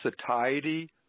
satiety